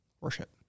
worship